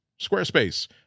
Squarespace